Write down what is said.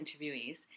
interviewees